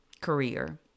career